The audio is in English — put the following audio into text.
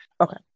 Okay